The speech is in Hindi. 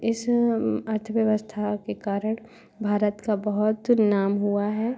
इस अर्थव्यवस्था के कारण भारत का बहुत नाम हुआ है